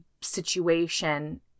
situation